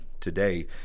today